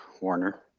Warner